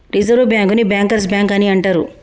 reserve బ్యాంకుని bankers bank అని అంటరు